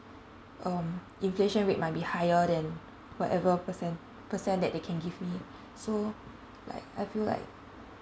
um inflation rate might be higher than whatever percent percent that they can give me so like I feel like